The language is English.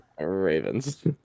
Ravens